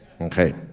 Okay